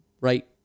right